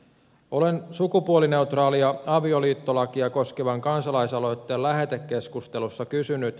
olen sukupuolineutraalia avioliittolakia koskevan kansalaisaloitteen lähetekeskustelussa kysynyt